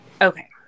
Okay